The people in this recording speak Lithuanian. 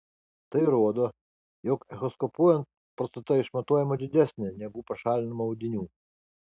tai rodo jog echoskopuojant prostata išmatuojama didesnė negu pašalinama audinių